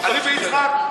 אני ויצחק,